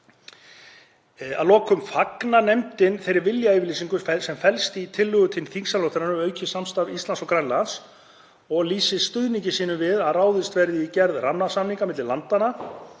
Að lokum fagnar nefndin þeirri viljayfirlýsingu sem felst í tillögu til þingsályktunar um aukið samstarf Íslands og Grænlands og lýsir stuðningi sínum við að ráðist verði í gerð rammasamnings milli landanna.